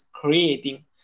creating